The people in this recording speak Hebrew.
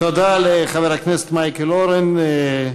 תודה לחבר הכנסת מייקל אורן.